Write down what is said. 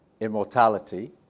immortality